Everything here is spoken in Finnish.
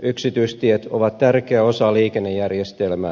yksityistiet ovat tärkeä osa liikennejärjestelmää